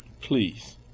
Please